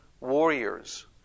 warriors